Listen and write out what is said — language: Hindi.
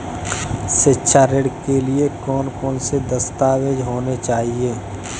शिक्षा ऋण के लिए कौन कौन से दस्तावेज होने चाहिए?